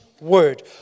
Word